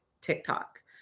TikTok